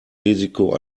risiko